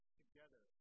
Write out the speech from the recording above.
together